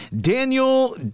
Daniel